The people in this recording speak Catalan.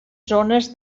zones